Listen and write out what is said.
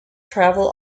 travel